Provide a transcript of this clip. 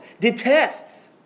detests